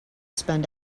spend